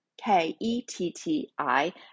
K-E-T-T-I